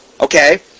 okay